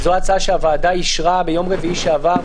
זו ההצעה שהוועדה אישרה ביום רביעי שעבר,